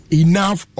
enough